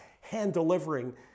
hand-delivering